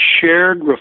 shared